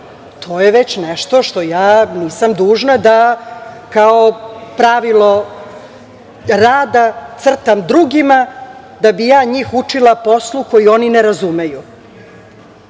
to je već nešto što ja nisam dužna da kao pravilo rada crtam drugima, da bi ja njih učila poslu koji oni ne razumeju.